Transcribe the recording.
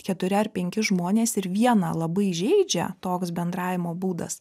keturi ar penki žmonės ir vieną labai žeidžia toks bendravimo būdas